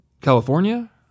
California